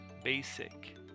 basic